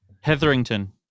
Hetherington